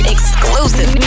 Exclusive